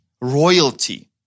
royalty